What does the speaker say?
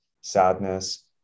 sadness